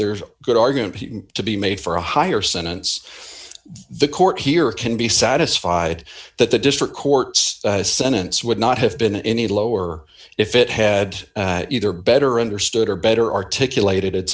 there's a good argument to be made for a higher sentence the court here can be satisfied that the district court's sentence would not have been any lower if it had either better understood or better articulated it